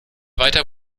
weiter